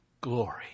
glory